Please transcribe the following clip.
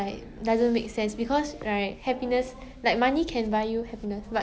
this don't make me like as happy as like when I first buy it that kind of thing